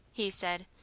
he said,